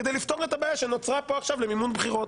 כדי לפתור את הבעיה שנוצרה כאן עכשיו למימון בחירות.